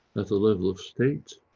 at the level of state,